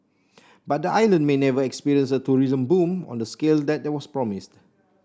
but the island may never experience a tourism boom on the scale that was promised